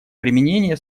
применение